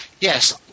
yes